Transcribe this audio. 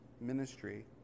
ministry